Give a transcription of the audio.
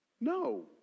No